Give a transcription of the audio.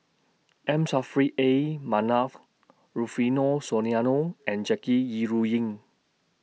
M Saffri A Manaf Rufino Soliano and Jackie Yi Ru Ying